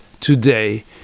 today